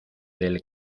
del